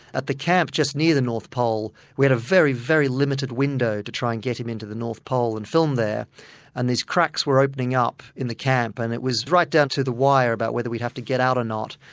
at the camp just near the north pole we had a very, very limited window to try and get him into the north pole and film there and these cracks were opening up in the camp, and it was right down to the wire about whether we'd have to get out or not.